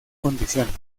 condiciones